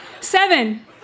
seven